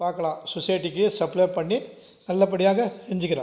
பார்க்கலாம் சொசைட்டிக்கு சப்ளை பண்ணி நல்லபடியாக செஞ்சுக்கிறேன்